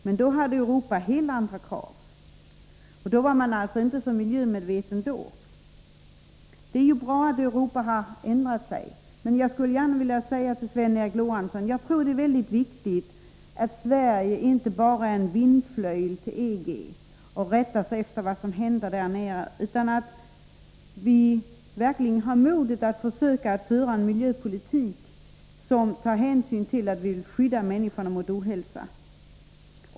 Men då hade man i Europa helt andra krav — då var man där inte alls så miljömedveten. Men det är ju bra att man ändrat sig. Jag skulle gärna vilja säga till Sven Eric Lorentzon att jag tror att det är viktigt att Sverige inte är en vindflöjel till EG och bara rättar sig efter vad som händer där. Det är viktigt att vi verkligen har modet att försöka föra en miljöpolitik som tar hänsyn till att vi vill skydda människorna mot ohälsa.